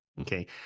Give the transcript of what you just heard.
Okay